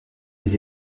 des